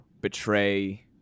betray